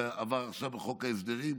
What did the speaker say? שעבר עכשיו בחוק ההסדרים.